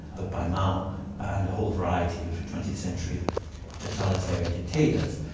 but by mao and a whole variety of twentieth century totalitarian dictators.